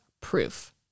proof